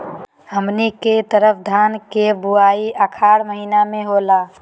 हमनी के तरफ धान के बुवाई उखाड़ महीना में होला